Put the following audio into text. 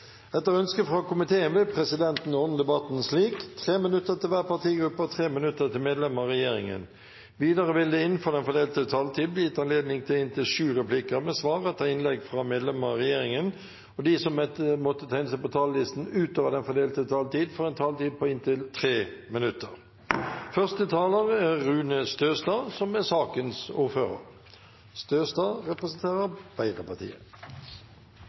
Etter ønske fra kommunal- og forvaltningskomiteen vil presidenten ordne debatten slik: 3 minutter til hver partigruppe og 3 minutter til medlemmer av regjeringen. Videre vil det – innenfor den fordelte taletid – bli gitt anledning til inntil sju replikker med svar etter innlegg fra medlemmer av regjeringen, og de som måtte tegne seg på talerlisten utover den fordelte taletid, får også en taletid på inntil 3 minutter. Denne saken er